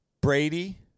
Brady